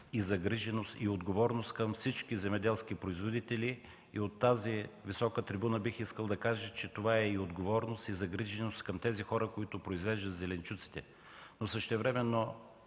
на загриженост и отговорност към всички земеделски производители. От тази висока трибуна бих искал да кажа, че това е отговорност и загриженост към тези хора, които произвеждат зеленчуците и плодовете, но